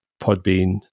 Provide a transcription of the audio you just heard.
Podbean